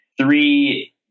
three